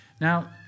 Now